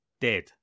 dead